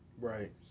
Right